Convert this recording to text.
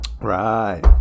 Right